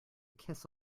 kiss